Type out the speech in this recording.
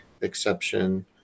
exception